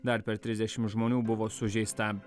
dar per trisdešim žmonių buvo sužeista